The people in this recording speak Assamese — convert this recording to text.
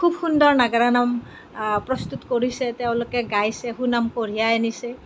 খুব সুন্দৰ নাগাৰা নাম প্ৰস্তুত কৰিছে তেওঁলোকে গাইছে সুনাম কঢ়িয়াই আনিছে